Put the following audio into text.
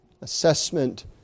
assessment